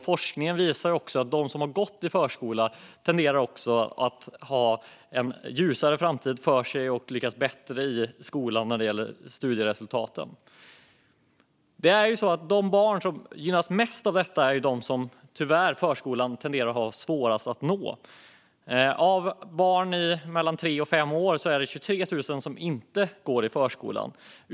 Forskning visar att de som har gått i förskola tenderar att få en ljusare framtid och lyckas bättre i skolan vad gäller studieresultat. De barn som gynnas mest av detta är de barn som förskolan tyvärr har svårast att nå. Av barn mellan tre och fem år går 23 000 inte i förskolan.